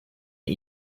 and